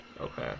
Okay